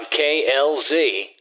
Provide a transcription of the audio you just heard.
KLZ